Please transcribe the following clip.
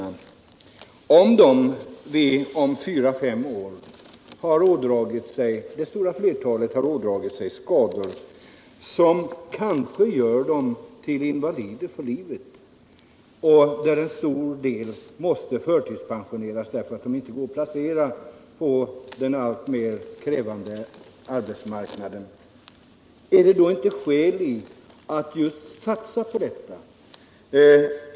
Om det stora flertalet av dem om fyra fem år har ådragit sig skador som kanske gör dem till invalider för livet, så att en stor del av dem måste förtidspensioneras på grund av att de inte kan placeras på den alltmer krävande arbetsmarknaden, är det då inte skäl i att satsa på just dessa?